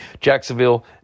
Jacksonville